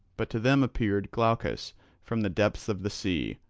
but to them appeared glaucus from the depths of the sea,